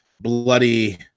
bloody